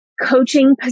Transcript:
coaching